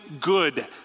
good